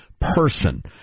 person